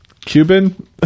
Cuban